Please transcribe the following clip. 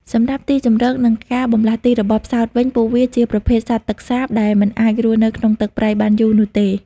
សម្រាប់ទីជម្រកនិងការបម្លាស់ទីរបស់ផ្សោតវិញ ពួកវាជាប្រភេទសត្វទឹកសាប ដែលមិនអាចរស់នៅក្នុងទឹកប្រៃបានយូរនោះទេ។